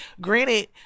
Granted